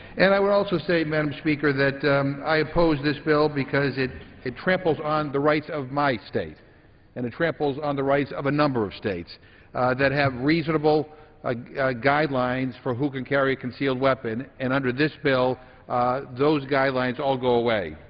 and i will also say, madam speaker, that i oppose this bill because it it tramples on the rights of my state and it tramples on the rights of a number of states that have reasonable ah guidelines for who can carry a concealed weapon and under this bill those guidelines all go away.